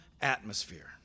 atmosphere